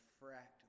refract